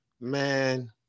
Man